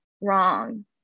wrong